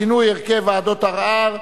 שינוי הרכב ועדת ערר).